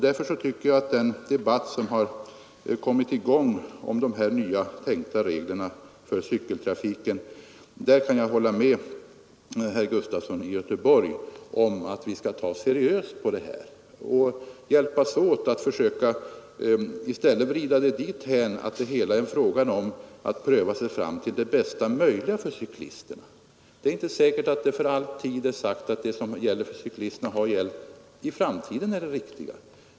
När det gäller den debatt som har kommit i gång om de här nya tänkta reglerna för cykeltrafiken kan jag därför hålla med herr Gustafson i Göteborg om att vi skall ta seriöst på detta och hjälpas åt att försöka vrida det dithän att det blir en fråga om att pröva sig fram till det bästa möjliga för cyklisterna. Det är inte säkert att det som har gällt och gäller för cyklisterna är det riktiga för all framtid.